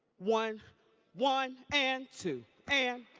one one and two and